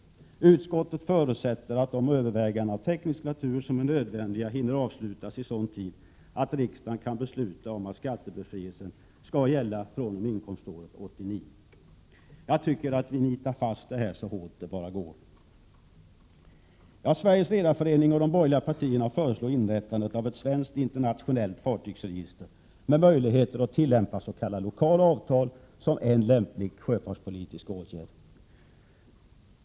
Utskottet förutsätter att de överväganden av teknisk natur som enligt propositionen är nödvändiga hinner avslutas i sådan tid att riksdagen kan besluta om att skattebefrielsen skall gälla fr.o.m. inkomståret 1989.” Jag tycker att vi nitar fast detta så hårt det bara går. Sveriges redareförening och de borgerliga partierna föreslår inrättandet av ett svenskt internationellt fartygsregister med möjligheter att tillämpa s.k. lokala avtal, som en lämplig sjöfartspolitisk åtgärd.